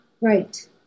right